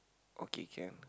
okay can